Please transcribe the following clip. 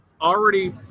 already